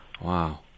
Wow